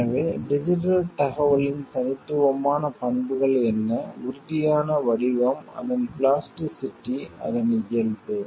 எனவே டிஜிட்டல் தகவலின் தனித்துவமான பண்புகள் என்ன உறுதியான வடிவம் அதன் பிளாஸ்டிசிட்டி அதன் இயல்பு